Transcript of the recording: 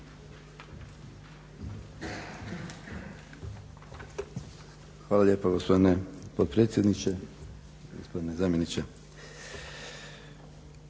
Hvala lijepo gospodine potpredsjedniče, gospodine zamjeniče.